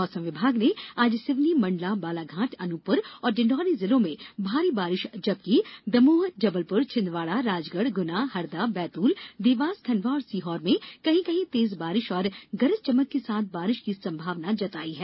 मौसम विभाग ने आज सिवनी मंडला बालाघाट अनूपपुर और डिंडोरी जिलों में भारी बारिश जबकि दमोह जबलपुर छिंदवाड़ा राजगढ़ गुना हरदा बैतूल देवास खंडवा और सीहोर में कहीं कहीं तेज बारिश और गरज चमक के साथ बारिश की संभावना जताई है